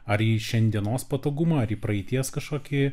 ar į šiandienos patogumą ar į praeities kažkokį